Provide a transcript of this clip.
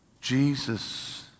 Jesus